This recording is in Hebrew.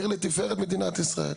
עיר לתפארת מדינת ישראל.